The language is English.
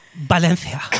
Valencia